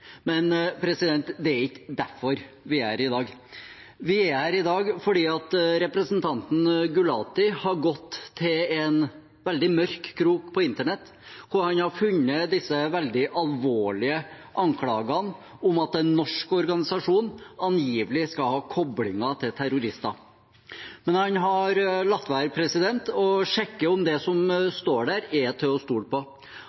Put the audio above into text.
Men det er ikke derfor vi er her i dag. Vi er her i dag fordi representanten Gulati har gått til en veldig mørk krok på internett der han har funnet disse veldig alvorlige anklagene om at en norsk organisasjon angivelig skal ha koblinger til terrorister. Men han har latt være å sjekke om det som står der, er til å stole på.